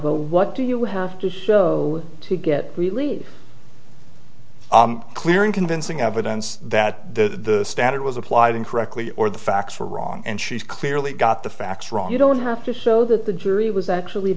what do you have to go to get really clear and convincing evidence that the standard was applied incorrectly or the facts were wrong and she's clearly got the facts wrong you don't have to show that the jury was actually